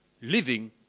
living